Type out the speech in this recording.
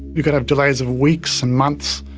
you could have delays of weeks and months,